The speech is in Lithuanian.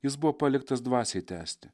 jis buvo paliktas dvasiai tęsti